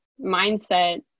mindset